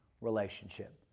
relationship